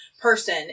person